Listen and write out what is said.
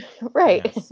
Right